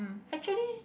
actually